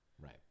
Right